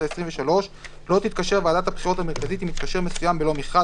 העשרים ושלוש לא תתקשר ועדת הבחירות המרכזית עם מתקשר מסוים בלא מכרז